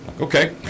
Okay